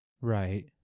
Right